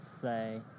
say